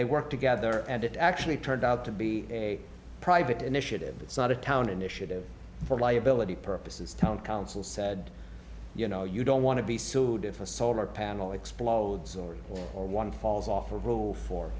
they work together and it actually turned out to be a private initiative that's not a town initiative for liability purposes town council said you know you don't want to be sued if a solar panel explodes or or one falls off or rule four